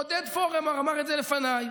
עודד פורר אמר את זה לפני,